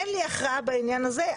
אין לי הכרעה בעניין הזה,